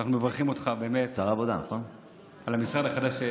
אנחנו מברכים אותך על המשרד החדש,